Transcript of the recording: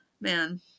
man